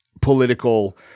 political